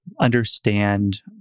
understand